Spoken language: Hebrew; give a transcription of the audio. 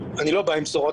אני לא בא עם בשורות.